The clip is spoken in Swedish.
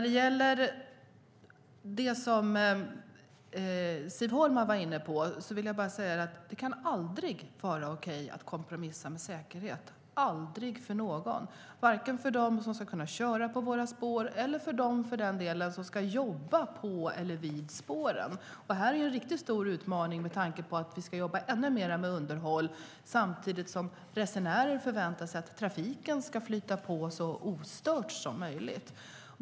Det kan aldrig, Siv Holma, vara okej att kompromissa med säkerhet, varken för dem som ska köra på våra spår eller för dem som ska jobba på eller vid spåren. Här finns en riktigt stor utmaning med tanke på att vi ska jobba ännu mer med underhåll samtidigt som resenärer förväntar sig att trafiken ska flyta på så ostört som möjligt.